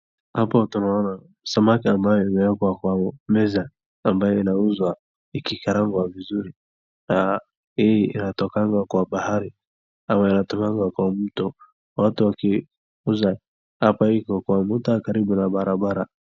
Hapo tunaona samaki ambayo imewekwa kwa meza, ambayo inauzwa ikikarangwa vizuri, na hii inatokanga kwa bahari, ama inatokanga kwa mto, watu wakiuza hapa hii iko kwa ukuta karibu na barabara.